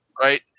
right